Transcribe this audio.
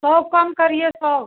सौ कम करिए सौ